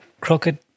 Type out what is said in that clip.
Crooked